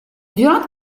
violentes